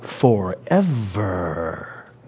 forever